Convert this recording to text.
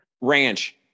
ranch